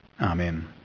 Amen